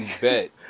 Bet